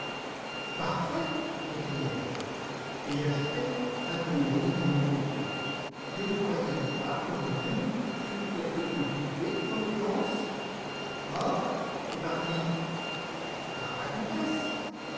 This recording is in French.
parfait m'écriai-je et j'ajoutai un peu ironique à mon tour mais ne croyez-vous pas que vous-mêmes fûtes quelque peu dupé en l'occurrence ah et par qui par la comtesse